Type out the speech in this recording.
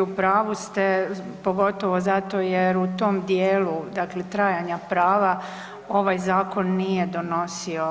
U pravu ste, pogotovo zato jer u tom dijelu, dakle trajanja prava ovaj zakon nije donosio